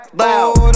loud